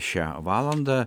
šią valandą